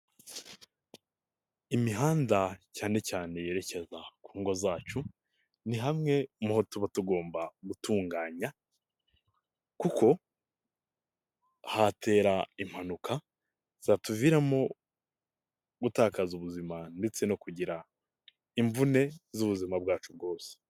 Imihanda cyane cyane yerekeza ku ngo zacu ni hamwe mu ho tuba tugomba gutunganya kuko hatera impanuka zatuviramo gutakaza ubuzima ndetse no kugira imvune z'ubuzima bwacu bwose.